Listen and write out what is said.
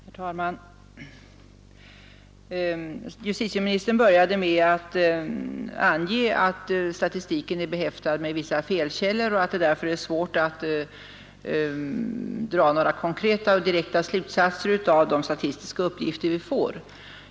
Herr talman! Justitieministern började med att ange att statistiken är behäftad med vissa felkällor och att det därför är svårt att dra några konkreta och direkta slutsatser av de statistiska uppgifter vi får.